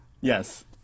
Yes